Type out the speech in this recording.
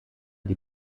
die